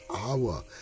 hour